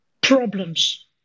problems